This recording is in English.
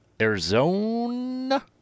Arizona